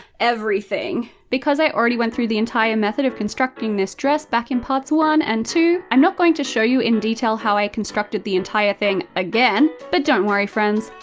everything. because i already went through the entire method of constructing this dress back in parts one and two, i'm not going to show you in detail how i constructed the entire thing again, but don't worry friends,